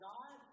God